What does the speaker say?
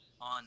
on